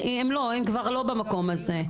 הם כבר לא במקום הזה.